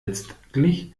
letztlich